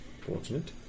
Fortunate